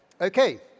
Okay